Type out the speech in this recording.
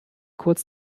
kurz